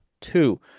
two